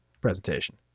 presentation